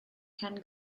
ken